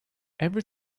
every